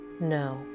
No